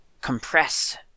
compress